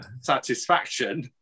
satisfaction